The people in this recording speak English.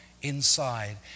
inside